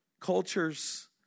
cultures